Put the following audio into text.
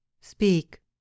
Speak